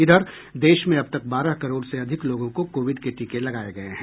इधर देश में अब तक बारह करोड़ से अधिक लोगों को कोविड के टीके लगाये गये हैं